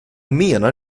menar